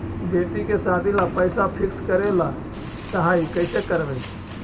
बेटि के सादी ल पैसा फिक्स करे ल चाह ही कैसे करबइ?